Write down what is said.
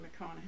McConaughey